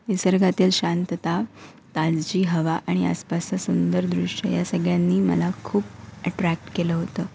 निसर्गातील शांतता ताजी हवा आणि आसपासचा सुंदर दृश्य या सगळ्यांनी मला खूप अट्रॅक्ट केलं होतं